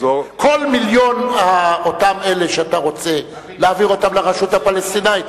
כל אותם מיליון אלה שאתה רוצה להעביר לרשות הפלסטינית.